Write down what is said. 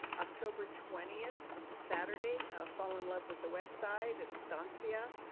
october twentieth, it's a saturday, fall in love with the west side at estancia.